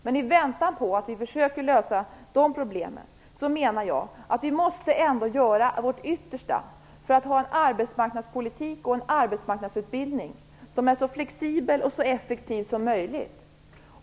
Men i väntan på att vi kan göra det menar jag att vi ändå måste göra vårt yttersta för att ha en arbetsmarknadspolitik och en arbetsmarknadsutbildning som är så flexibel och effektiv som möjligt.